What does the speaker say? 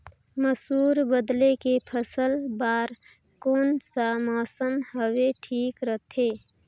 मसुर बदले के फसल बार कोन सा मौसम हवे ठीक रथे?